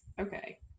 okay